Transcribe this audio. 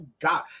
God